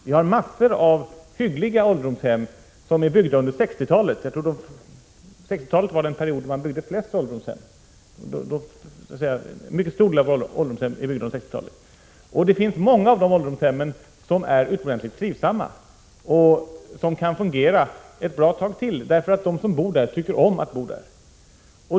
Vi har massor av hyggliga ålderdomshem som är byggda under 1960-talet — jag tror 1960-talet var den period då man byggde flest ålderdomshem — och många av dem är utomordentligt trivsamma och kan fungera ett bra tag till, därför att de som bor där tycker om att bo där.